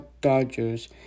dodgers